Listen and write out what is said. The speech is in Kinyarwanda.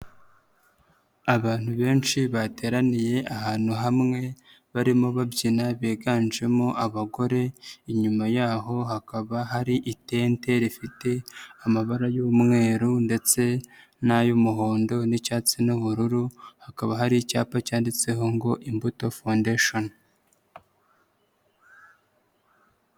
Abantu benshi bateraniye ahantu hamwe, barimo babyina, biganjemo abagore inyuma yaho hakaba hari itente rifite amabara y'umweru ndetse n'ay'umuhondo n'icyatsi n'ubururu, hakaba hari icyapa cyanditseho ngo Imbuto Foundation.